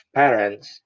parents